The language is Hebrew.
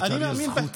הייתה לי הזכות,